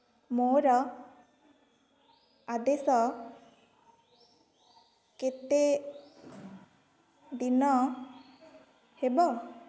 ମୋର ଆଦେଶ କେତେ ଦିନ ହେବ